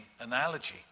analogy